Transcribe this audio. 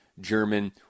German